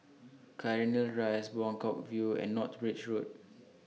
Cairnhill Rise Buangkok View and North Bridge Road